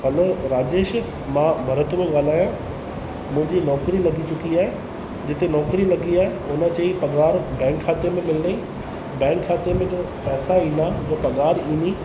हलो राजेश मां भरत थो ॻाल्हायां मुंहिंजी नौकरी लॻी चुकी आहे जिते नौकरी लॻी आहे उन चयईं पघारु बैंक खाते में मिलंदई बैंक खाते में जो पैसा ईंदा उहा पघारु ईंदी